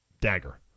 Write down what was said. Dagger